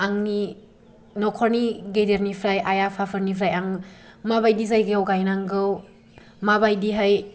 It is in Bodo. आंनि न'खरनि गेदेरनिफ्राय आइ आफा फोरनिफ्राय आं मा बायदि जायगायाव गायनांगौ मा बायदिहाय